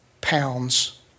pounds